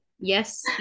Yes